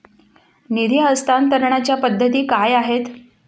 निधी हस्तांतरणाच्या पद्धती काय आहेत?